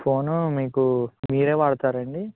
phone మీకు మీరు వాడతారా అండి